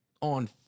on